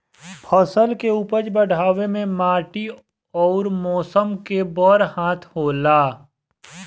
फसल के उपज बढ़ावे मे माटी अउर मौसम के बड़ हाथ होला